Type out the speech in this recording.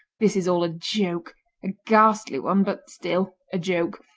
this is all a joke a ghastly one, but still a joke.